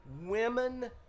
women